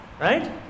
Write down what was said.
right